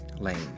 Lane